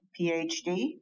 PhD